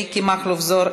חבר הכנסת מיקי מכלוף זוהר,